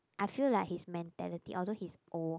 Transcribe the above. I feel like his mentality also he's old